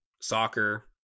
soccer